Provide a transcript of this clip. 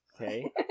okay